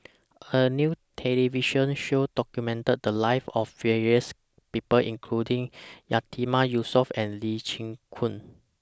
A New television Show documented The Lives of various People including Yatiman Yusof and Lee Chin Koon